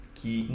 que